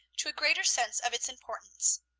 to a greater sense of its importance.